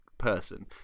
person